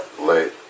late